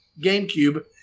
GameCube